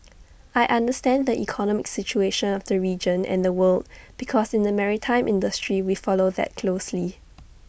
I understand the economic situation of the region and the world because in the maritime industry we follow that closely